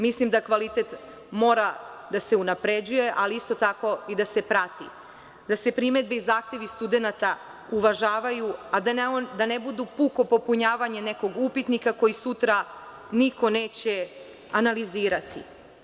Mislim da kvalitet mora da se unapređuje, ali isto tako i da se prati, da se primedbe i zahtevi studenata uvažavaju, a da ne budu puko popunjavanje nekog upitnika koji sutra niko neće analizirati.